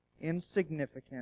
insignificant